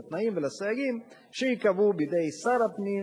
לתנאים ולסייגים שייקבעו בידי שר הפנים